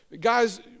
guys